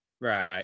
Right